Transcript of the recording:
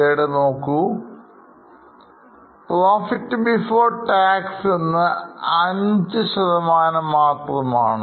profit before tax എന്നത് 5 മാത്രമാണ്